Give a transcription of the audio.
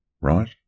right